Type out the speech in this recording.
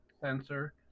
sensor